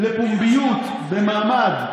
לפומביות במעמד השימוע,